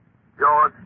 George